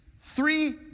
Three